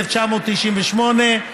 1998,